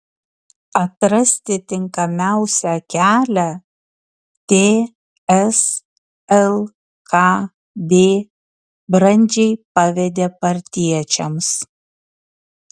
atrasti tinkamiausią kelią ts lkd brandžiai pavedė partiečiams